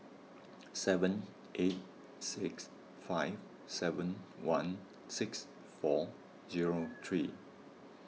seven eight six five seven one six four zero three